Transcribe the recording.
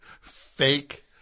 fake